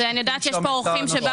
משתיקים שם את האנשים.